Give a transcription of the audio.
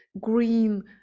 green